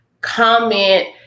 Comment